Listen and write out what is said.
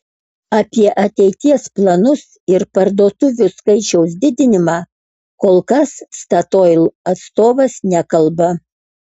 apie ateities planus ir parduotuvių skaičiaus didinimą kol kas statoil atstovas nekalba